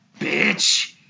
bitch